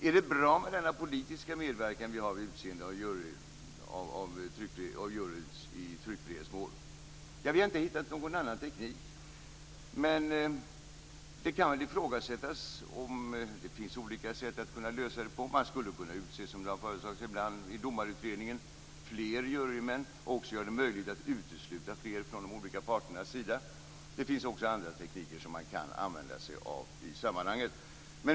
Är denna politiska medverkan vid utseende av jury i tryckfrihetsmål bra? Vi har inte hittat någon annan teknik, men det kan ifrågasättas om det finns olika sätt att kunna lösa det hela på. Som det ibland har föreslagits i Domarutredningen skulle man kunna utse fler jurymän, och även göra det möjligt att utesluta fler från de olika parternas sida. Det finns också andra tekniker man kan använda sig av i sammanhanget.